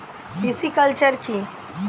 Pisciculture কি?